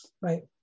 Right